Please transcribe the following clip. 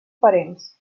parents